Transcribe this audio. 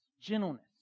Gentleness